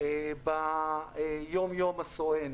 ביום-יום הסואן.